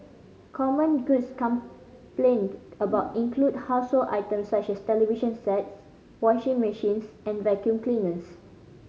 common goods complained about include household items such as television sets washing machines and vacuum cleaners